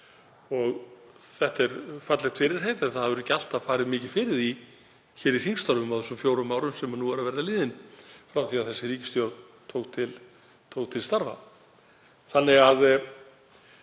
Þetta er fallegt fyrirheit en það hefur ekki alltaf farið mikið fyrir því hér í þingstörfum á þeim fjórum árum sem nú eru að verða liðin frá því að þessi ríkisstjórn tók til starfa. Þannig að